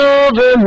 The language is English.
over